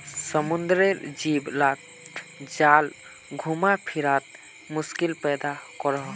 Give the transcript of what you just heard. समुद्रेर जीव लाक जाल घुमा फिरवात मुश्किल पैदा करोह